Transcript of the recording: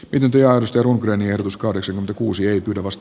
pitempi arvostelun premier tuskaisen ja kuusien vast